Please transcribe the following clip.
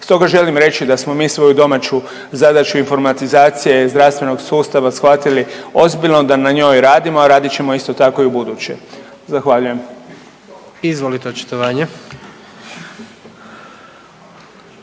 Stoga želim reći da smo mi svoju domaću zadaću informatizacije zdravstvenog sustava shvatili ozbiljno da na njoj radimo, a radit ćemo isto tako i u buduće. Zahvaljujem. **Jandroković,